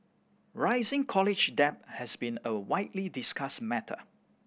rising college debt has been a widely discussed matter